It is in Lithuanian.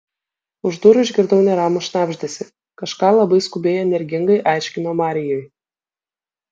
už durų išgirdau neramų šnabždesį kažką labai skubiai energingai aiškino marijui